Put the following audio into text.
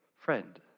friend